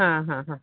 हा हा हा